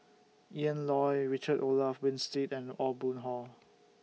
Ian Loy Richard Olaf Winstedt and Aw Boon Haw